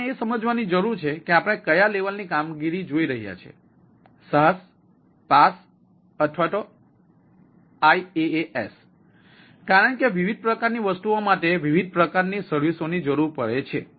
પછી આપણે એ સમજવાની જરૂર છે કે આપણે કયા લેવલની કામગીરી જોઈ રહ્યા છીએ SaaS PaaS અથવા IaaS કારણ કે વિવિધ પ્રકારની વસ્તુઓ માટે વિવિધ પ્રકારની સર્વિસઓની જરૂર પડે છે